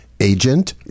Agent